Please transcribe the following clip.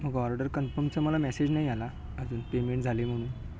मग ऑर्डर कन्फर्मचा मला मॅसेज नाही आला अजून पेमेंट झाले म्हणून